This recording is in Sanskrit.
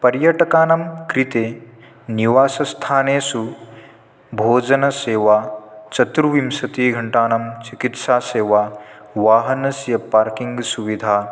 पर्यटकानां कृते निवासस्थानेषु भोजनसेवा चतुर्विंशतिः घण्टानां चिकित्सासेवा वाहनस्य पार्किङ्ग् सुविधा